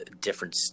different